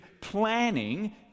planning